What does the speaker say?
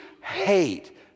hate